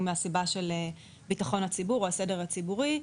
מהסיבה של ביטחון הציבורי או הסדר הציבורי.